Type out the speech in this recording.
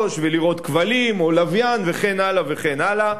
ולראות כבלים או לוויין וכן הלאה וכן הלאה,